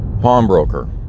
Pawnbroker